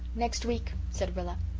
next week, said rilla.